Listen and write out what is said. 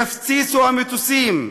יפציצו המטוסים,